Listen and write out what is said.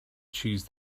choose